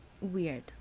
Weird